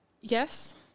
yes